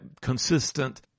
consistent